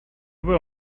were